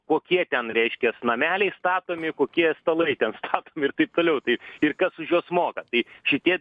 kokie ten reiškias nameliai statomi kokie stalai ten statomi ir taip toliau tai ir kas už juos moka tai šitie